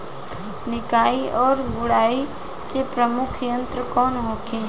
निकाई और गुड़ाई के प्रमुख यंत्र कौन होखे?